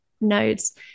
nodes